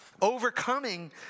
overcoming